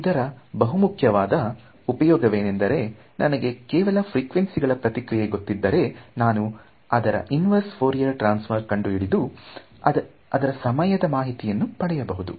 ಇದರ ಬಹು ಮುಖ್ಯವಾದ ಉಪಯೋಗವೇನೆಂದರೆ ನನಗೆ ಕೆಲವು ಫ್ರಿಕ್ವೆನ್ಸಿ ಗಳ ಪ್ರತಿಕ್ರಿಯೆ ಗೊತ್ತಿದ್ದರೆ ನಾನು ಅದರ ಇನ್ವರ್ಸ್ ಫ್ಹೊರಿಯರ್ ಟ್ರಾನ್ಸ್ಫೋರ್ಮ್ ಕಂಡು ಹಿಡಿದು ಅದರ ಸಮಯದ ಮಾಹಿತಿಯನ್ನು ಪಡೆಯಬಹುದು